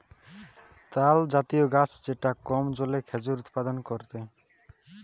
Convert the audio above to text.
তালজাতীয় গাছ যেটা কম জলে খেজুর উৎপাদন করেটে